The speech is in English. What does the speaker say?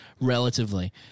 relatively